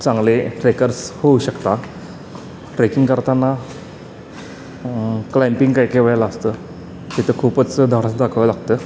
चांगले ट्रेकर्स होऊ शकता ट्रेकिंग करताना क्लाइम्पिंग काय काय वेळेला असतं तिथं खूपच धाडस दाखवा लागतं